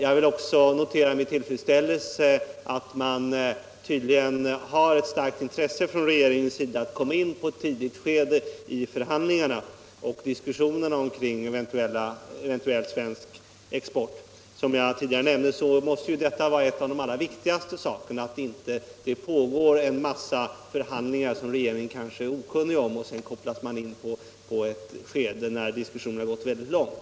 Jag vill också med tillfredsställelse notera att regeringen — Nr 33 tydligen har ett starkt intresse av att komma in i ett tidigt skede av Torsdagen den förhandlingarna och diskussionerna om eventuell svensk export. Som 25 november 1976 jag tidigare nämnde måste en av de allra viktigaste förutsättningarna I i detta sammanhang vara att det inte pågår en mängd förhandlingar, Om upphävande av som regeringen kanske är okunnig om, så att den kopplas in först i ett — förordning om skede när diskussionerna nått mycket långt.